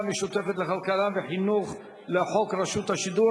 המשותפת לכלכלה וחינוך לחוק רשות השידור,